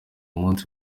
umunsi